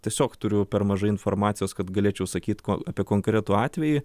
tiesiog turiu per mažai informacijos kad galėčiau sakyt ko apie konkretų atvejį